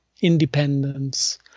independence